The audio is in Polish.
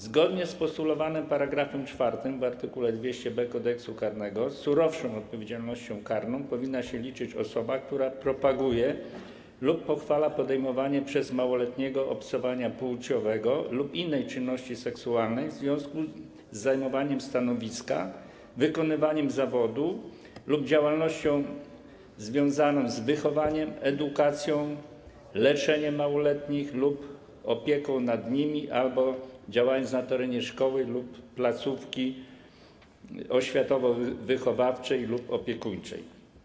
Zgodnie z postulowanym § 4 w art. 200b Kodeksu karnego z surowszą odpowiedzialnością karną powinna się liczyć osoba, która propaguje lub pochwala podejmowanie przez małoletniego obcowania płciowego lub innej czynności seksualnej, działając w związku z zajmowaniem stanowiska, wykonywaniem zawodu lub działalności związanych z wychowaniem, edukacją, leczeniem małoletnich lub opieką nad nimi albo działając na terenie szkoły lub placówki oświatowo-wychowawczej lub opiekuńczej.